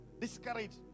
discouraged